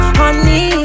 honey